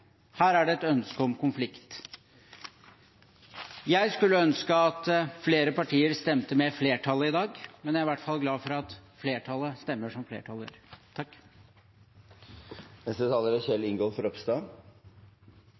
Her er det et ønske om konflikt. Jeg skulle ønske at flere partier stemte med flertallet i dag, men jeg er i hvert fall glad for at flertallet stemmer som flertallet gjør.